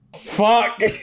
Fuck